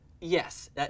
Yes